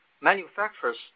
manufacturers